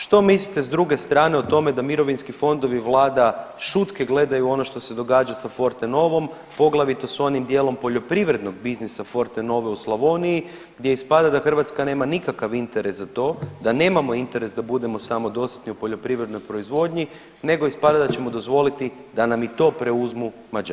Što mislite s druge strane o tome da mirovinski fondovi i vlada šutke gledaju ono što se događa sa Fortenovom poglavito s onim dijelom poljoprivrednog biznisa Fortenove u Slavoniji gdje ispada da Hrvatska nema nikakav interes za to, da nemamo interes da budemo samodostatni u poljoprivrednoj proizvodnji nego ispada da ćemo dozvoliti da nam i to preuzmu Mađari.